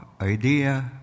idea